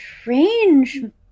strange